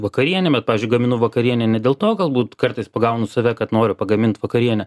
vakarienę bet pavyzdžiui gaminu vakarienę ne dėl to galbūt kartais pagaunu save kad noriu pagamint vakarienę